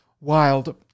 wild